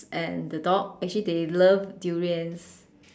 and the dog actually they love durians